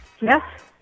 Yes